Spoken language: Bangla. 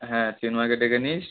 হ্যাঁ চিন্ময়কে ডেকে নিস